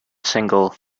single